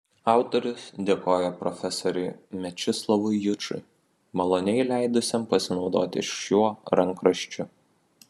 autorius dėkoja profesoriui mečislovui jučui maloniai leidusiam pasinaudoti šiuo rankraščiu